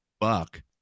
Buck